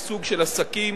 שגשוג של עסקים.